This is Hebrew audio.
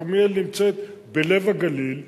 כרמיאל נמצאת בלב הגליל,